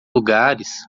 lugares